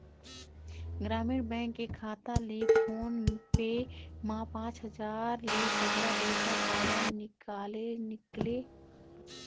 ग्रामीण बैंक के खाता ले फोन पे मा पांच हजार ले बगरा पैसा काबर निकाले निकले?